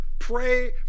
pray